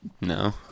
No